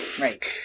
Right